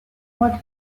mois